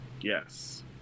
yes